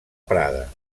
prada